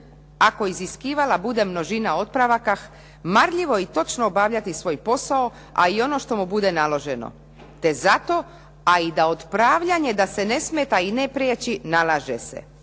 ako iziskivala bude množina otpravakah marljivo i točno obavljati svoj posao a i ono što mu bude naloženo. Te zato a i da otpravljanje da se ne smeta i ne priječi nalaže se